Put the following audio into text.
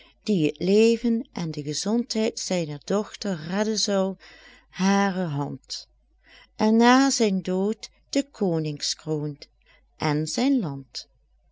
die t leven en de gezondheid zijner dochter redden zou hare hand en na zijn dood de koningskroon en zijn land